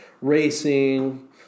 Racing